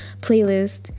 playlist